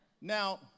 Now